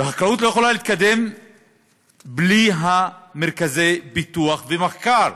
והחקלאות לא יכולה להתקדם בלי מרכזי הפיתוח והמחקר.